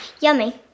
yummy